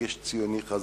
רגש ציוני חזק,